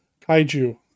Kaiju